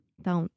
Então